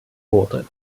wurde